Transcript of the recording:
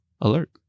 alert